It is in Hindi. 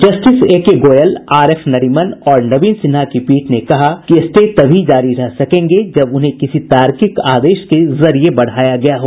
जस्टिस एके गोयल आरएफनरीमन और नवीन सिन्हा की पीठ ने कहा कि स्टे तभी जारी रह सकेंगे जब उन्हें किसी तार्किक आदेश के जरिए बढ़ाया गया हो